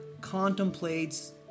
contemplates